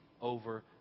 over